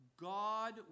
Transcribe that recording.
God